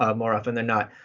ah more often than not.